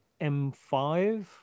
M5